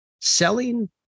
selling